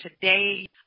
today